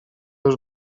już